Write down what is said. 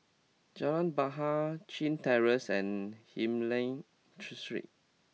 Jalan Bahar Chin Terrace and Hylam Street